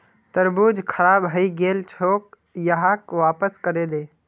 तरबूज खराब हइ गेल छोक, यहाक वापस करे दे